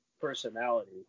personality